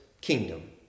kingdom